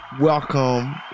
welcome